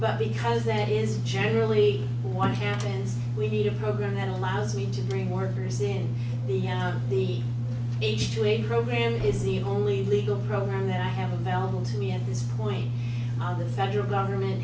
but because that is generally what happens we need a program that allows me to bring workers in the ha program is the only legal program that i have available to me at this point the federal government